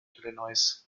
illinois